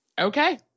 Okay